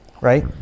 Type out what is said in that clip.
right